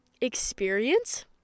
experience